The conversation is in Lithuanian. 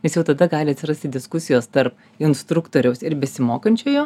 nes jau tada gali atsirasti diskusijos tarp instruktoriaus ir besimokančiojo